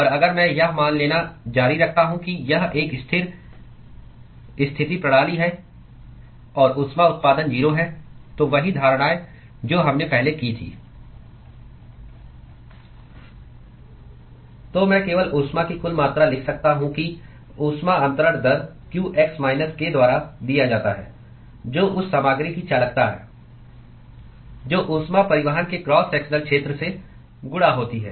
और अगर मैं यह मान लेना जारी रखता हूं कि यह एक स्थिर स्थिति प्रणाली है और ऊष्मा उत्पादन 0 है तो वही धारणाएं जो हमने पहले की थीं तो मैं केवल ऊष्मा की कुल मात्रा लिख सकता हूं कि ऊष्मा अंतरण दर qx माइनस k द्वारा दिया जाता है जो उस सामग्री की चालकता है जो ऊष्मा परिवहन के क्रॉस सेक्शनल क्षेत्र से गुणा होती है